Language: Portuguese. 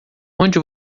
onde